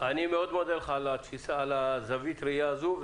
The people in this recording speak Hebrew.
אני מודה לך על הזווית הזו.